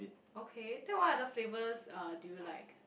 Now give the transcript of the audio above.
okay then what other flavours uh do you like